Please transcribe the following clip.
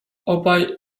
obaj